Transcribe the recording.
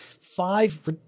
five